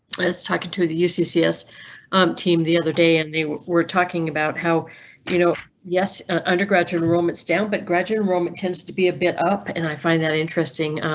let's talk into the uc cs um team the other day and they were talking about how you know yes undergraduate enrollments down, but. rajon roman tends to be a bit up, and i find that interesting.